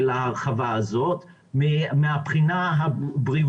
לחזור לנוסח שאתה שלחת ב-4 בפברואר,